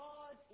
God